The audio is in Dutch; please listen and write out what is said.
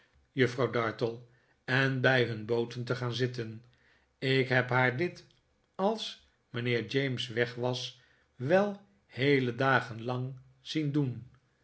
juffrouw dartle en bij hun booten te gaan zitten ik heb haar dit als mijnheer james weg was wel heele dagen lang tuaauai david copperfield zien doen